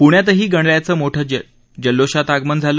पुण्यातही गणरायाचं मोठ्या जल्लोषात आगमन झालं